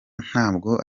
ntabwo